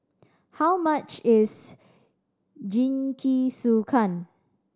how much is Jingisukan